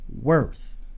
worth